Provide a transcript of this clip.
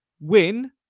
win